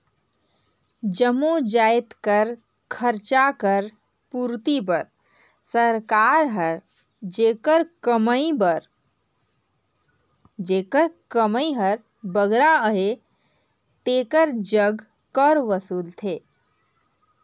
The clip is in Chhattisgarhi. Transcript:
जम्मो जाएत कर खरचा कर पूरती बर सरकार हर जेकर कमई हर बगरा अहे तेकर जग कर वसूलथे